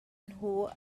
nhw